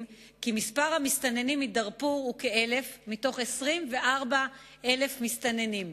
כי מספר המסתננים מדארפור הוא כ-1,000 מתוך 24,000 מסתננים.